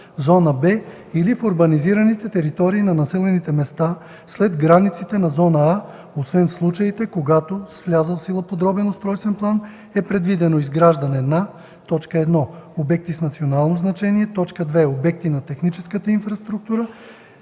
зона „Б“ или в урбанизираните територии на населените места след границите на зона „А“, освен в случаите, когато с влязъл в сила подробен устройствен план е предвидено изграждане на: 1. обекти с национално значение; 2. обекти на техническата инфраструктура;